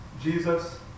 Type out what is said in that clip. Jesus